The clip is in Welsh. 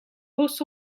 bws